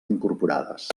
incorporades